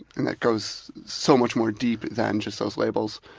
and that goes so much more deep than just those labels.